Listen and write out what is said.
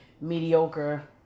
mediocre